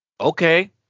okay